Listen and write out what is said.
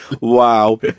Wow